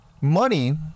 Money